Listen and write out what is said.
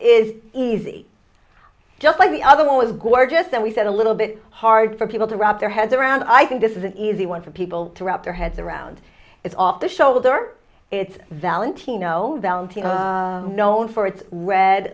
is easy just like the other one was gorgeous that we said a little bit hard for people to wrap their heads around i think this is an easy one for people to wrap their heads around it's off the shoulder it's valentino valentino known for its red